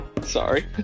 Sorry